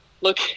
Look